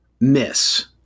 miss